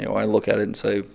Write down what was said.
i look at it and say,